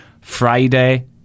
Friday